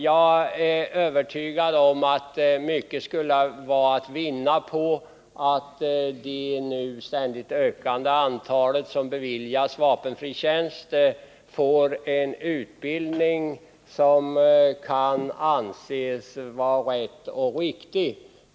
Jag är övertygad om att mycket skulle vara att vinna på att det nu ständigt ökande antal som beviljas vapenfri tjänst får en utbildning som kan anses vara rätt och riktig.